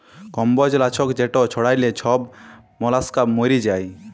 কম্বজ লাছক যেট ছড়াইলে ছব মলাস্কা মইরে যায়